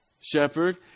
shepherd